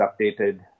updated